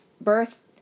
birth